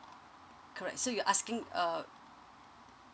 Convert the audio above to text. correct so you asking uh